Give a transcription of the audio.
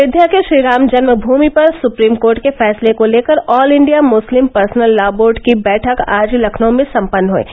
अयोध्या के श्री राम जन्मभूमि पर supreme court के फैसले को लेकर all India Muslim personal law board की बैठक आज लखनऊ में सम्पन्न हयी